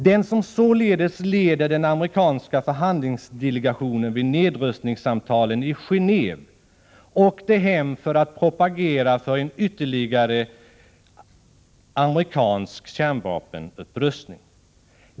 Den som således leder den amerikanska förhandlingsdelegationen vid nedrustningssamtalen i Geneve åkte hem för att propagera för ytterligare amerikansk kärnvapenupprustning.